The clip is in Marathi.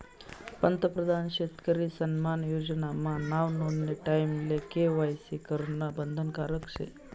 पंतप्रधान शेतकरी सन्मान योजना मा नाव नोंदानी टाईमले के.वाय.सी करनं बंधनकारक शे